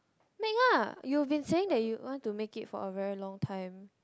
make ah you've been saying that you want to make it for a very long time